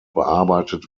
bearbeitet